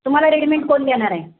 तुम्हाला रेडिमेट कोण देणार आहे